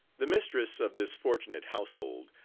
the mistress of this fortunate household,